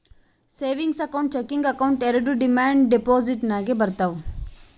savings account, checking account ಎರೆಡು demand deposit ನಾಗೆ ಬರ್ತಾವ್